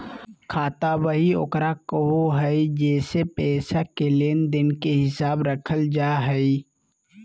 खाता बही ओकरा कहो हइ जेसे पैसा के लेन देन के हिसाब रखल जा हइ